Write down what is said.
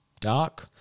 Dark